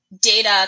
data